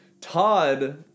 Todd